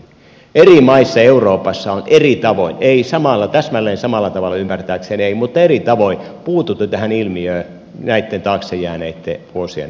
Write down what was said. eri maissa euroopassa on eri tavoin ei täsmälleen samalla tavalla ymmärtääkseni mutta eri tavoin puututtu tähän ilmiöön näitten taakse jääneitten vuosien aikaan